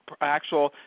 actual